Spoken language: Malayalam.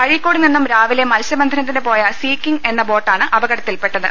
അഴീക്കോട് നിന്നും രാവിലെ മത്സ്യ ബന്ധനത്തിന് പോയ സീ കിംഗ് എന്ന ബോട്ടാണ് അപകടത്തിൽ പെട്ടത്